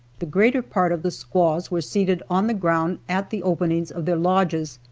the greater part of the squaws were seated on the ground at the openings of their lodges,